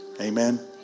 Amen